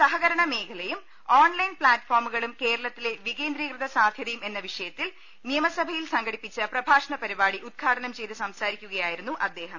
സഹകരണ മേഖലയും ഓൺലൈൻ പ്ലാറ്റ്ഫോമുകളും കേരളത്തിലെ വികേന്ദ്രീകൃത സാധ്യതയും എന്ന വിഷയത്തിൽ നിയമസഭയിൽ സംഘടിപ്പിച്ച പ്രഭാഷണ പരിപാടി ഉദ്ഘാടനം ചെയ്തു സംസാരിക്കുകയായിരുന്നു അദ്ദേഹം